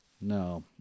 no